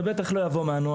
זה בטח לא יבוא מהנוער,